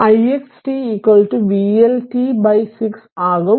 അതിനാൽ ix t vLt 6 ആകും